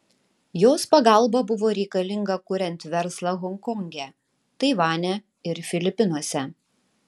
jos pagalba buvo reikalinga kuriant verslą honkonge taivane ir filipinuose